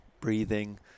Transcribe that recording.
breathing